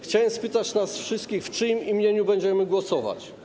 Chciałem spytać nas wszystkich, w czyim imieniu będziemy głosować.